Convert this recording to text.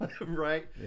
right